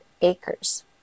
acres